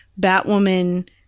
Batwoman